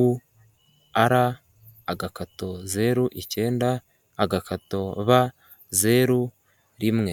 UR/09/B01 .